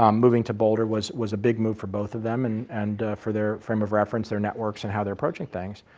um moving to boulder was was a big move for both of them and and for their frame of reference, their networks and how they're approaching things.